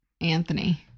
Anthony